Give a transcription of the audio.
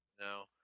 No